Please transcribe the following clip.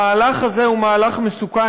המהלך הזה הוא מסוכן.